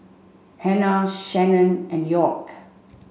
Hannah Shannen and York